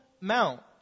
Mount